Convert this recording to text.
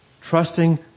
trusting